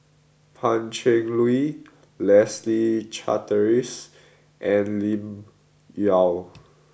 Pan Cheng Lui Leslie Charteris and Lim Yau